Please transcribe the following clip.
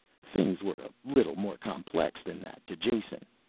things were a little more complex than that to jason.